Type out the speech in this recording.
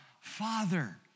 Father